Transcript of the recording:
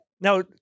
now